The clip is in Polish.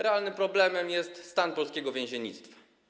Realnym problemem jest stan polskiego więziennictwa.